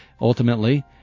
Ultimately